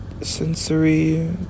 sensory